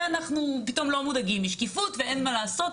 זה אנחנו פתאום לא מודאגים משקיפות ואין מה לעשות,